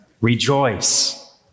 Rejoice